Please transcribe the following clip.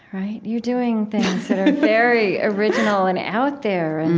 right? you're doing things that are very original and out there, and